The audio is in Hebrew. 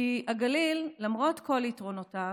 כי הגליל, למרות כל יתרונותיו,